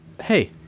Hey